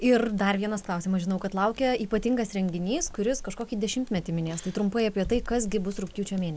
ir dar vienas klausimas žinau kad laukia ypatingas renginys kuris kažkokį dešimtmetį minės trumpai apie tai kas gi bus rugpjūčio mėne